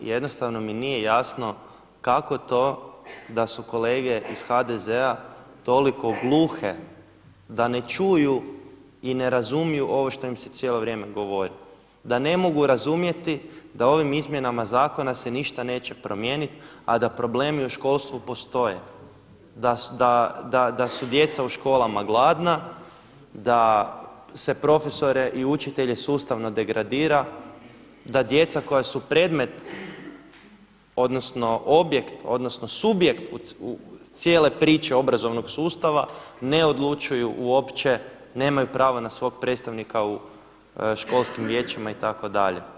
Jednostavno mi nije jasno kako to da su kolege iz HDZ-a toliko gluhe da ne čuju i ne razumiju ovo što im se cijelo vrijeme govori, da ne mogu razumjeti da ovim izmjenama zakona se ništa neće promijenit a da problemi u školstvu postoje, da su djeca u školama gladna, da se profesore i učitelje sustavno degradira, da djeca koja su predmet odnosno objekt, odnosno subjekt cijele priče obrazovnog sustava ne odlučuju uopće, nemaju pravo na svog predstavnika u školskim vijećima itd.